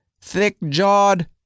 thick-jawed